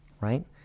right